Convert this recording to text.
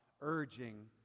urging